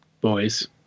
boys